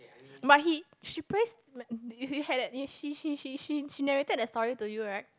but he she praise we had that she she she she she she narrated that story to you right